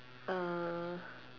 uh